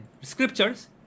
scriptures